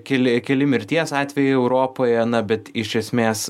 kili keli mirties atvejai europoje na bet iš esmės